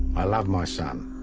i love my son,